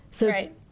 right